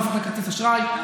הוא הופך לכרטיס אשראי.